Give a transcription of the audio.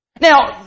Now